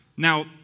Now